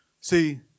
See